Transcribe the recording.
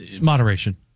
moderation